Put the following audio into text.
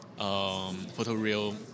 photoreal